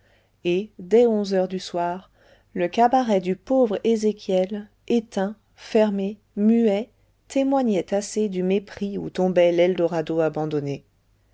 et dès onze heures du soir le cabaret du pauvre ezéchiel éteint formé muet témoignait assez du mépris où tombait l'eldorado abandonné